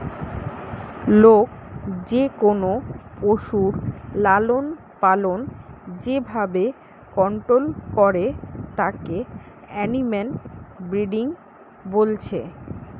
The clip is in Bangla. লোক যেকোনো পশুর লালনপালন যে ভাবে কন্টোল করে তাকে এনিম্যাল ব্রিডিং বলছে